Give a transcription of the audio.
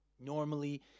normally